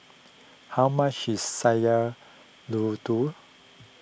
how much is Sayur Lodeh